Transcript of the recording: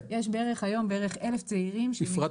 יש היום בערך 1,000 צעירים שעוסקים בחקלאות.